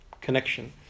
connection